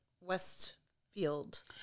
Westfield